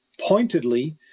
pointedly